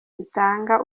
bitanga